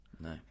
No